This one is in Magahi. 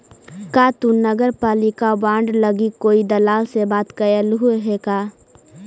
का तु नगरपालिका बॉन्ड लागी कोई दलाल से बात कयलहुं हे का?